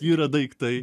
yra daiktai